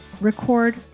record